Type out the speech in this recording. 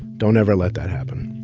don't ever let that happen.